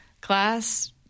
class